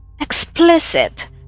explicit